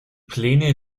pläne